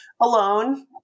alone